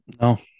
No